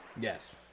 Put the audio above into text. Yes